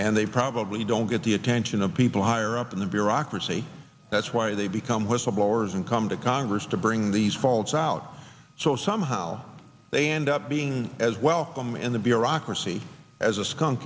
and they probably don't get the attention of people higher up in the bureaucracy that's why they become whistleblowers and come to congress to bring these faults out so somehow they end up being as well them in the bureaucracy as a skunk